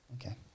Okay